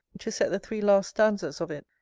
to set the three last stanzas of it,